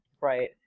Right